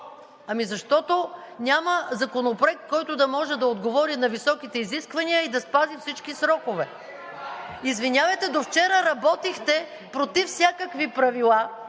Ами защото няма законопроект, който да може да отговори на високите изисквания и да спази всички срокове. (Шум и реплики от ГЕРБ-СДС.) Извинявайте, до вчера работихте против всякакви правила,